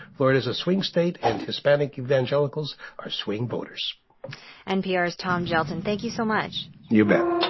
florida's a swing state. and hispanic evangelicals are swing voters npr's tom gjelten, thank you so much you bet